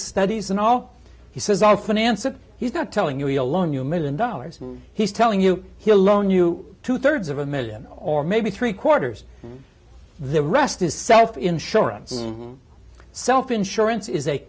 studies and all he says all finance it he's not telling you he alone you million dollars he's telling you he alone you two thirds of a million or maybe three quarters the rest is self insurance self insurance is a